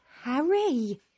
Harry